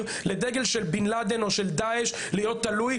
לדגל של בן לאדן או של דאעש להיות תלוי,